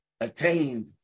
attained